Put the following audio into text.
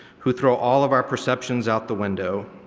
who throw all of our perceptions out the window.